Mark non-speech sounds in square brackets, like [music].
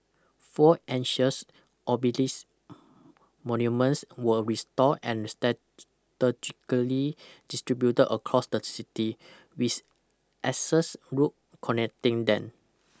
four ancient obelisk monuments were restored and [unintelligible] strategically distributed across the city with axial s roads connecting them